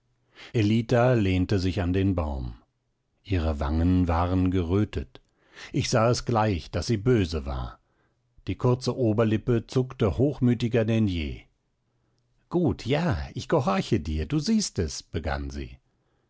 ellita lehnte sich an den baum ihre wangen waren gerötet ich sah es gleich daß sie böse war die kurze oberlippe zuckte hochmütiger denn je gut ja ich gehorche dir du siehst es begann sie